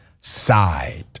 side